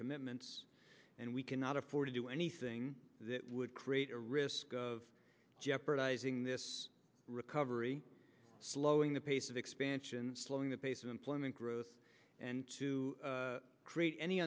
commitments and we cannot afford to do anything that would create a risk of jeopardizing this recovery slowing the pace of expansion slowing the pace of employment growth and to create any